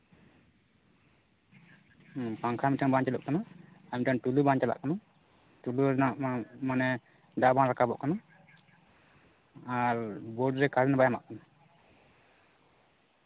ᱯᱟᱝᱠᱷᱟ ᱢᱤᱫᱴᱟᱝ ᱵᱟᱝ ᱪᱟᱹᱞᱩᱜ ᱠᱟᱱᱟ ᱟᱨ ᱢᱤᱫᱴᱮᱱ ᱴᱩᱞᱩ ᱵᱟᱝ ᱪᱟᱞᱟᱜ ᱠᱟᱱᱟ ᱴᱩᱞᱩ ᱨᱮᱱᱟᱜ ᱢᱟᱱᱮ ᱫᱟᱜ ᱵᱟᱝ ᱨᱟᱠᱟᱵᱚᱜ ᱠᱟᱱᱟ ᱟᱨ ᱵᱳᱨᱰ ᱨᱮ ᱠᱟᱨᱮᱱᱴ ᱵᱟᱭ ᱮᱢᱟᱜ ᱠᱟᱱᱟ